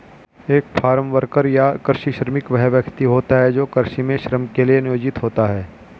एक farm worker या कृषि श्रमिक वह व्यक्ति होता है जो कृषि में श्रम के लिए नियोजित होता है